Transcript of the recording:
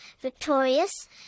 victorious